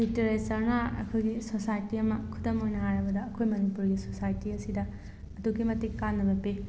ꯂꯤꯇꯔꯦꯆꯔꯅ ꯑꯩꯈꯣꯏꯒꯤ ꯁꯣꯁꯥꯏꯇꯤ ꯑꯃ ꯈꯨꯗꯝ ꯑꯣꯏꯅ ꯍꯥꯏꯔꯕꯗ ꯑꯩꯈꯣꯏ ꯃꯅꯤꯄꯨꯔꯒꯤ ꯁꯣꯁꯥꯏꯇꯤ ꯑꯁꯤꯗ ꯑꯗꯨꯛꯀꯤ ꯃꯇꯤꯛ ꯀꯥꯅꯕ ꯄꯤ